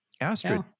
Astrid